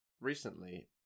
Recently